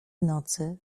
nocy